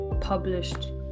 Published